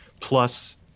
plus